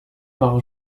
par